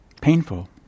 Painful